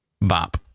Bop